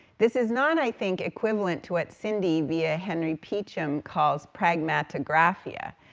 this is not, i think, equivalent to what cindy, via henry peacham, calls pragmatographia,